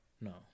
No